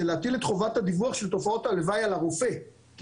להטיל את חובת הדיווח של תופעות הלוואי על הרופא כי